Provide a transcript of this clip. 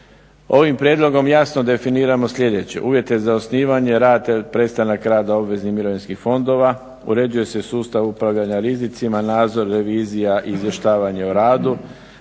Ovim prijedlogom jasno definiramo sljedeće: uvjete za osnivanje rada, prestanak rada obveznih mirovinskih fondova, uređuje se sustav upravljanja rizicima, nadzor, revizija i izvještavanje o radu.